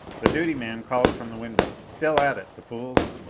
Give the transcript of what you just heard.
the duty man called from the window, still at it, the fools.